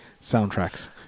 soundtracks